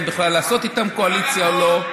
אם בכלל לעשות איתם קואליציה או לא.